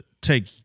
take